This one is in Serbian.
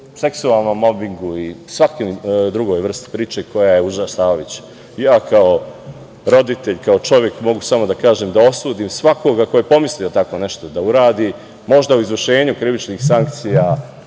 seksualnom mobingu i svakoj drugoj vrsti priče koja je užasavajuća. Ja kao roditelj, kao čovek mogu samo da kažem, da osudim svakoga ko je pomislio tako nešto da uradi. Možda u izvršenju krivičnih sankcija,